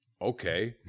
Okay